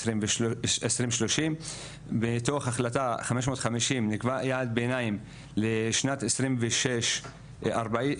2030. בתוך החלטה 550 נקבע יעד ביניים לשנת 26 ל-40.